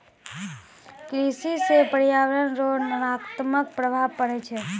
कृषि से प्रर्यावरण रो नकारात्मक प्रभाव पड़ै छै